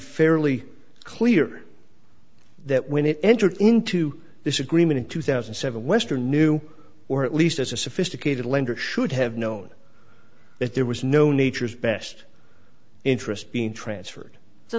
fairly clear that when it entered into this agreement in two thousand and seven western knew or at least as a sophisticated lender should have known that there was no nature's best interest being transferred so